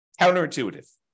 Counterintuitive